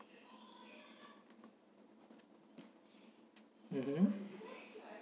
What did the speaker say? mmhmm